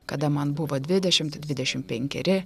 kada man buvo dvidešimt dvidešimt penkeri